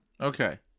Okay